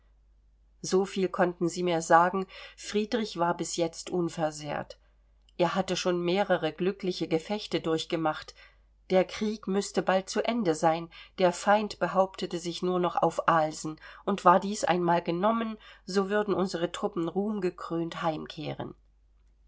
so viel konnten sie mir sagen friedrich war bis jetzt unversehrt er hatte schon mehrere glückliche gefechte durchgemacht der krieg müßte bald zu ende sein der feind behauptete sich nur noch auf alsen und war dies einmal genommen so würden unsere truppen ruhmgekrönt heimkehren